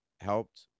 helped